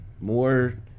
more